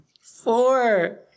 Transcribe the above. Four